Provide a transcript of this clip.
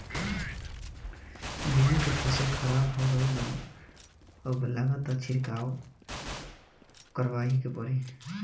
गेंहू के फसल खराब हो गईल बा अब लागता छिड़काव करावही के पड़ी